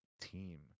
team